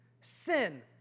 sin